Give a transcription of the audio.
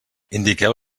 indiqueu